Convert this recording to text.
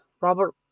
Robert